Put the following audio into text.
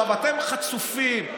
אתם חצופים.